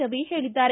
ರವಿ ಹೇಳಿದ್ದಾರೆ